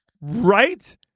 Right